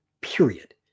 Period